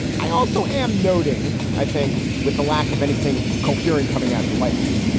i also am noting, i think with the lack of anything cohering coming out of the white house,